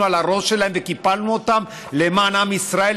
מעל הראש שלהם וקיפלנו אותם למען עם ישראל,